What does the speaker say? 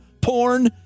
porn